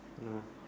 no